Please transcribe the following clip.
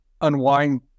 Unwind